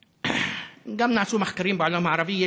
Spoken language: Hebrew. גם נעשו מחקרים בעולם המערבי,